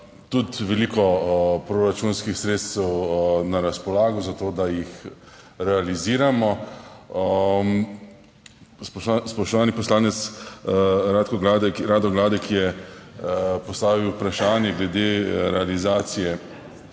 tudi veliko proračunskih sredstev na razpolago za to, da jih realiziramo. Spoštovani poslanec Rado Gladek je postavil vprašanje glede realizacije